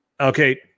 Okay